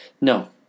No